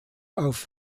auf